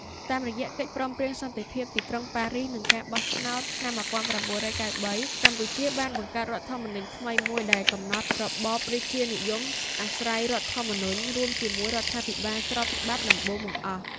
តាមរយៈកិច្ចព្រមព្រៀងសន្តិភាពទីក្រុងប៉ារីសនិងការបោះឆ្នោតឆ្នាំ១៩៩៣ កម្ពុជាបានបង្កើតរដ្ឋធម្មនុញ្ញថ្មីមួយដែលកំណត់របបរាជានិយមអាស្រ័យរដ្ឋធម្មនុញ្ញ រួមជាមួយរដ្ឋាភិបាលស្របច្បាប់ដំបូងបង្អស់